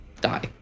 die